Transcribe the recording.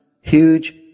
Huge